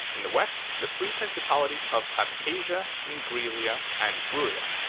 in the west the three principalities of abkhazia, mingrelia and guria,